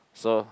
so